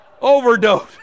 Overdose